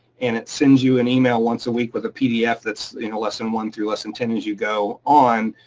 and it sends you an email once a week with a pdf that's lesson one through lesson ten as you go on.